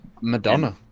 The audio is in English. Madonna